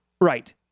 Right